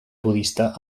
budista